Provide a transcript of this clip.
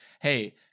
hey